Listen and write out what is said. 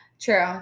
true